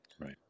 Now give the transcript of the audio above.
Right